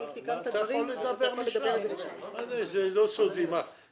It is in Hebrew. היא פשוט תביא כתב ויתור סודיות ותקבל את המידע.